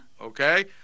Okay